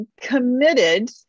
committed